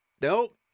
Nope